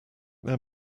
their